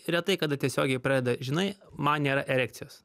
retai kada tiesiogiai pradeda žinai man nėra erekcijos